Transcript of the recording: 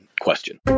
question